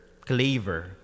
Claver